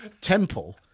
temple